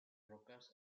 rocas